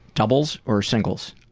doubles, or singles?